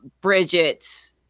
Bridget